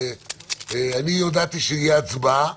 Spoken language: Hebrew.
אני הודעתי שתהיה עכשיו הצבעה,